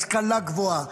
השכלה גבוהה,